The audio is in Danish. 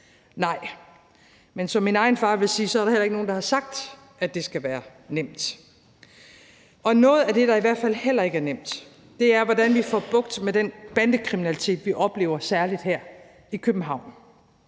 Nej, men som min egen far ville sige, er der heller ikke nogen, der har sagt, at det skal være nemt. Noget af det, der i hvert fald heller ikke nemt, er, hvordan vi får bugt med den bandekriminalitet, vi oplever særlig her i København.